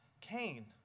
Cain